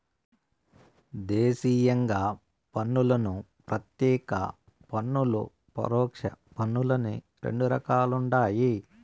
దేశీయంగా పన్నులను ప్రత్యేక పన్నులు, పరోక్ష పన్నులని రెండు రకాలుండాయి